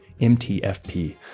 MTFP